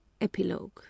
EPILOGUE